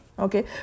okay